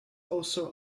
also